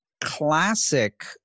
classic